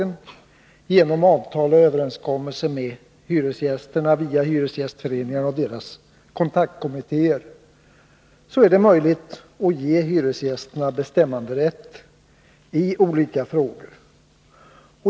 Genom avtal och överenskommelser med hyresgästerna via hyresgästföreningarna och deras kontaktkommittéer är det möjligt att ge hyresgästerna bestämmanderätt i olika frågor.